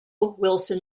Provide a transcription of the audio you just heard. wilson